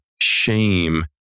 shame